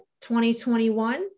2021